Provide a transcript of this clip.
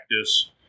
practice